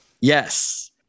Yes